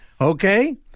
okay